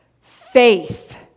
faith